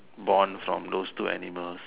born from those two animals